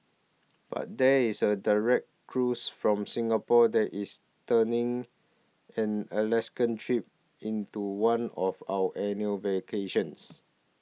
but there is a direct cruise from Singapore that is turning an Alaska trip into one of our annual vacations